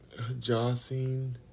Jossine